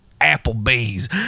Applebee's